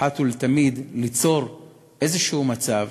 אחת ולתמיד ליצור מצב